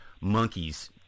monkeys